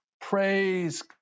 Praise